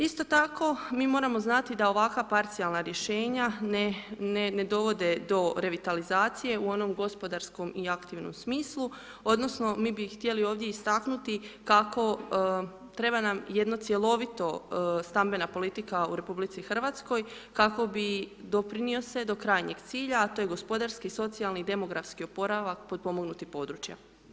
Isto tako mi moramo znati da ovakva parcijalna rješenja ne dovode do revitalizacije u onom gospodarskom i aktivnom smislu odnosno mi bi htjeli ovdje istaknuti kako treba nam jedna cjelovita stambena politika u Republici Hrvatskoj kako bi doprinio se do krajnjeg cilja, a to je gospodarski, socijalni i demografski oporavak potpomognutih područja.